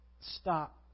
stop